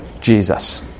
Jesus